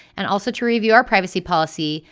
and also to review our privacy policy.